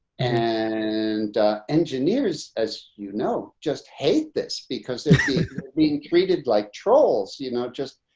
and engineers as you know, just hate this because they're being treated like trolls, you know, just